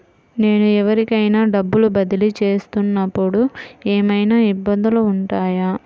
నేను ఎవరికైనా డబ్బులు బదిలీ చేస్తునపుడు ఏమయినా ఇబ్బందులు వుంటాయా?